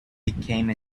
became